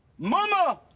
mama!